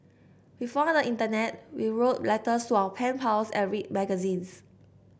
before the internet we wrote letters to our pen pals and read magazines